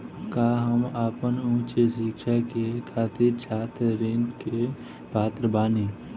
का हम आपन उच्च शिक्षा के खातिर छात्र ऋण के पात्र बानी?